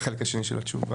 את החלק השני של התשובה.